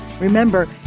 Remember